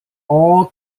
all